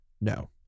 No